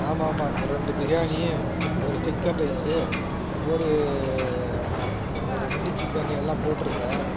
ஆமாமாம் ஒரு ரெண்டு பிரியாணி ஒரு சிக்கன் ரைஸு ஒரு ஹ ஒரு ஹண்டி சிக்கன் எல்லாம் போட்டிருந்தேன்